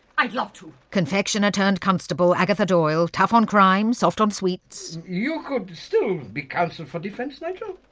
i'd love to! confectioner turned constable agatha doyle tough on crime, soft on sweets. you could still be counsel for defence, nigel?